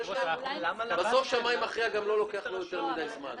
לשמאי מכריע לא לוקח יותר מידי זמן,